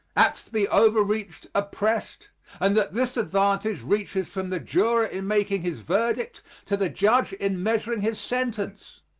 apt to be overreached, oppressed and that this advantage reaches from the juror in making his verdict to the judge in measuring his sentence.